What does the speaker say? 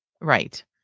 Right